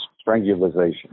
strangulation